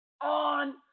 on